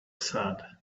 said